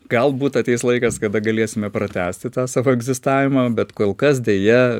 galbūt ateis laikas kada galėsime pratęsti tą savo egzistavimą bet kol kas deja